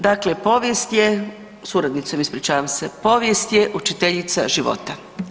Dakle, povijest je, suradnicom ispričavam se, povijest je učiteljica života.